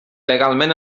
legalment